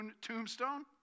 Tombstone